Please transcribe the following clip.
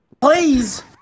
Please